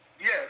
yes